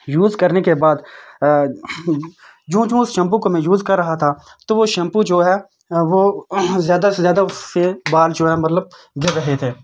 use کرنے کے بعد جوں جوں اس شیمپو کو میں یوز کر رہا تھا تو وہ شیمپو جو ہے وہ زیادہ سے زیادہ اس سے بال جو ہے مطلب جھڑ رہے تھے